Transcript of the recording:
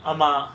ஆமா:aama